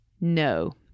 no